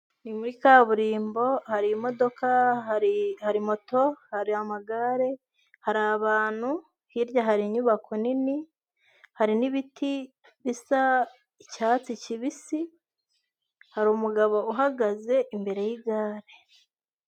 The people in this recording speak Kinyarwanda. Ni muri kaburimbo, hari imodoka, hari moto, hari amagare, hari abantu, hirya hari inyubako nini, hari n'ibiti bisa icyatsi kibisi, hari umugabo uhagaze imbere y'igare.